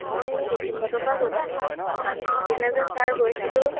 মই এই দক্ষিণপাটৰপৰা কৈছোঁ সেইদিনা যে ছাৰ গৈছিলোঁ